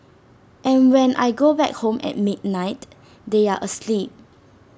and when I go back home at midnight they are asleep